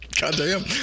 Goddamn